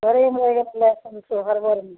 घरेमे रहि गेलै लाइसेन्सो हड़बड़मे